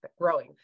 growing